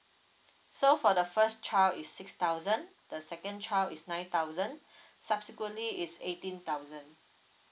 so for the first child is six thousand the second child is nine thousand subsequently is eighteen thousand